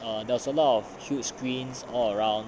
err there was a lot of huge screens all around